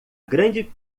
grande